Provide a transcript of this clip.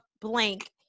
blank